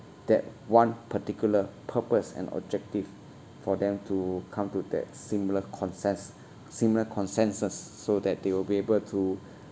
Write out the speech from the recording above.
that one particular purpose and objective for them to come to that similar conses~ similar consensus so that they will be able to